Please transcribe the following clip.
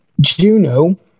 Juno